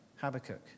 Habakkuk